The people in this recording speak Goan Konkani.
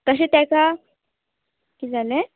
तशें तेका कित जालें